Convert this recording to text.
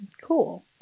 Cool